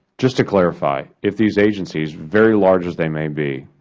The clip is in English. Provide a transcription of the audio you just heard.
just to clarify, if these agencies, very large as they may be,